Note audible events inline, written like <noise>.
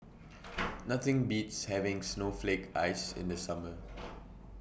<noise> Nothing Beats having Snowflake Ice in The Summer <noise>